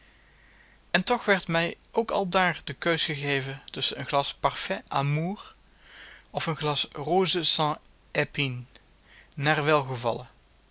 en toch werd mij ook aldaar de keus gegeven tusschen een glas parfait amour of een glas rose sans épines naar welgevallen